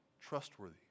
trustworthy